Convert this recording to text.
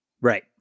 Right